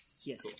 Yes